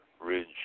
Ridge